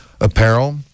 apparel